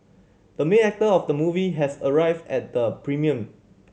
the main actor of the movie has arrived at the premium